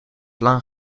lang